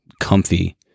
comfy